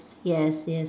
yes yes